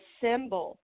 symbol